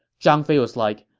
zhang fei was like,